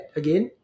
again